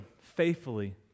faithfully